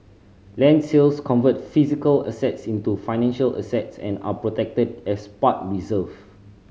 land sales convert physical assets into financial assets and are protected as past reserve